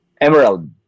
Emerald